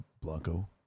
Blanco